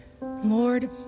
Lord